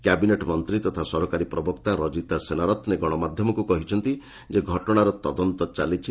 cabinet ମନ୍ତ୍ରୀ ତଥା ସରକାରୀ ପ୍ରବକ୍ତା ରଜିତା ସେନାରତ୍ନେ ଗଣମାଧ୍ୟମକୁ କହିଛନ୍ତି ଯେ ଘଟଣାର ତଦନ୍ତ ଚାଲିଛି